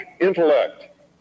intellect